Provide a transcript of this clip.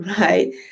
right